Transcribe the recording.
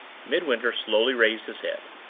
midwinter slowly raised his head.